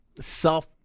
self